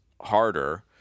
harder